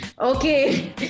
Okay